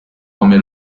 come